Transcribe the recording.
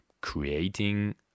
creating